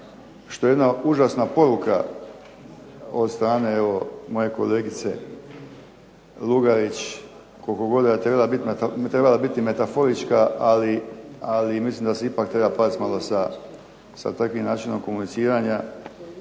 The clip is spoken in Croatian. što je jedna užasna poruka od strane moje kolegice Lugarić. Koliko god da je trebala biti metaforička, ali mislim da se ipak treba pazit malo sa takvim načinom komuniciranja.